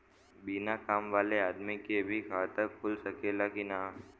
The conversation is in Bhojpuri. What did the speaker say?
बिना काम वाले आदमी के भी खाता खुल सकेला की ना?